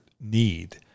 need